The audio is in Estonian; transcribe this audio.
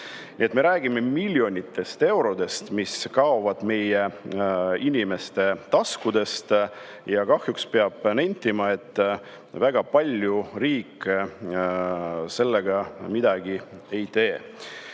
Me räägime miljonitest eurodest, mis kaovad meie inimeste taskutest, ja kahjuks peab nentima, et väga palju riik selle vastu midagi ei tee. Meie